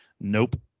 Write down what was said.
Nope